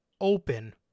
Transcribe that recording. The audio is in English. Open